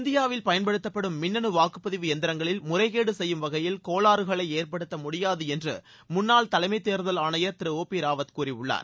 இந்தியாவில் பயன்படுத்தப்படும் மின்னனு வாக்குப்பதிவு எந்திரங்களில் முறைகேடு செய்யும் வகையில் கோளாறுகளை ஏற்படுத்த முடியாது என்று முன்னாள் தலைமை தேர்தல் ஆணையர் திரு ஓ பி ராவத் கூறியுள்ளார்